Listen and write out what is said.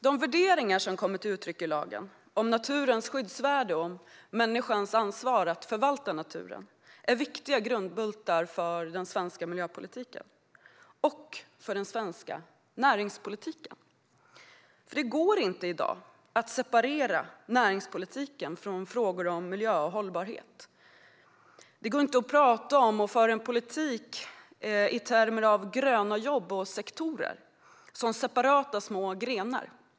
De värderingar om naturens skyddsvärde och om människans ansvar att förvalta naturen som kommer till uttryck i lagen är viktiga grundbultar för den svenska miljöpolitiken - och för den svenska näringspolitiken. Det går nämligen inte i dag att separera näringspolitiken från frågor om miljö och hållbarhet. Det går inte att tala om och föra en politik i termer av gröna jobb och sektorer som separata små grenar.